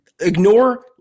ignore